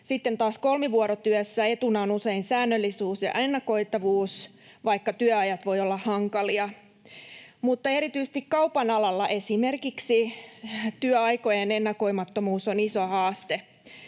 kolmivuorotyössä etuna on usein säännöllisyys ja ennakoitavuus, vaikka työajat voivat olla hankalia. Erityisesti kaupan alalla esimerkiksi työaikojen ennakoimattomuus on iso haaste.